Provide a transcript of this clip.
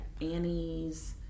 Annie's